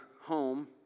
home